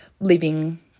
living